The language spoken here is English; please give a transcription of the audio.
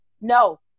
no